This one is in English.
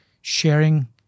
sharing